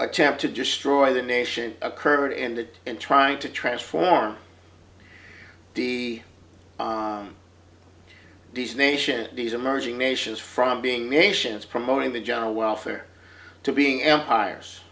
attempt to destroy the nation occurred ended in trying to transform the d's nation these emerging nations from being nations promoting the general welfare to being empires